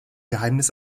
geheimnis